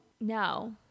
No